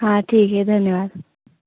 हाँ ठीक है धन्यवाद